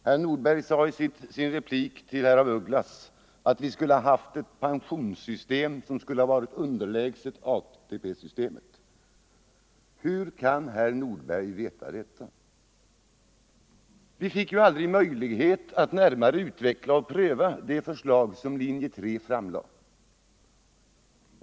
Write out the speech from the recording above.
Herr Nordberg sade i sin replik till herr af Ugglas att vi skulle ha haft ett pensionssystem som var underlägset ATP-systemet, om linje 3 följts. Hur kan herr Nordberg veta detta? Vi fick ju aldrig möjlighet att utveckla och pröva det förslag som vi som stod bakom linje 3 framlade.